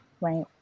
Right